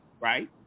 right